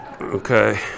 Okay